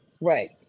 Right